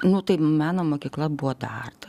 nu tai meno mokykla buvo tartu